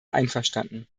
einverstanden